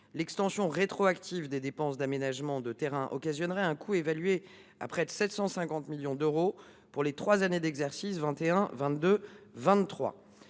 L’extension rétroactive des dépenses d’aménagement de terrains occasionnerait un coût évalué à près de 750 millions d’euros pour les trois exercices 2021, 2022